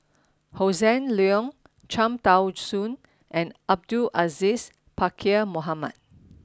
Hossan Leong Cham Tao Soon and Abdul Aziz Pakkeer Mohamed